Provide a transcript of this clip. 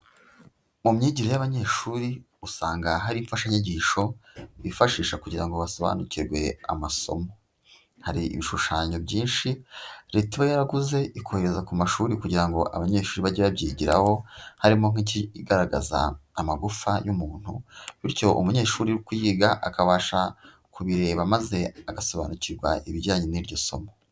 Mu myigire y'abanyeshuri usanga hari imfashanyigisho bifashisha kugira basobanukirwe amasomo, hari ibishushanyo byinshi Leta iba yaraguze ikohereza ku mashuri kugira ngo abanyeshuri bajye bage babyigiraho, harimo nk'ikigaragaza amagufa y'umuntu, bityo umunyeshuri uri kuyiga akabasha kubireba maze agasobanukirwa ibijyanye n'iryo somo.